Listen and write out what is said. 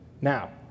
Now